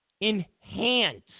enhance